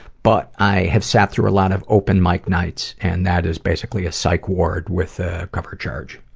but i have sat through a lot of open mic nights and that is basically a psych ward with a cover charge.